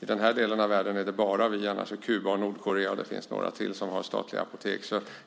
I den här delen av världen är det bara vi som har statliga apotek. Annars är det även Kuba, Nordkorea och några till.